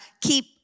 keep